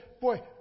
Boy